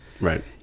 Right